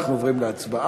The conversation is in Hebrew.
אנחנו עוברים להצבעה.